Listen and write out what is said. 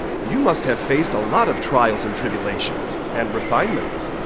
you must have faced a lot of trials and tribulations and refinements.